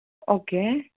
okay